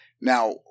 Now